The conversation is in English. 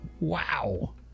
Wow